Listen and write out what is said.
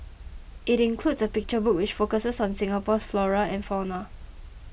it includes a picture book which focuses on Singapore's flora and fauna